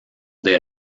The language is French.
des